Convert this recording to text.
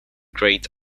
great